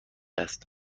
است